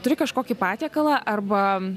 turi kažkokį patiekalą arba